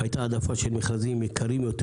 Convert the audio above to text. הייתה העדפה של מכרזים יקרים יותר